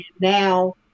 now